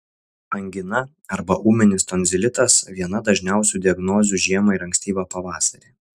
angina arba ūminis tonzilitas viena dažniausių diagnozių žiemą ir ankstyvą pavasarį